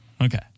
Okay